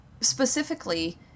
specifically